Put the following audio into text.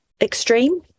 extreme